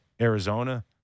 Arizona